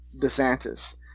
Desantis